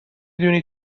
دونی